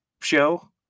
show